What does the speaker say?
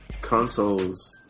consoles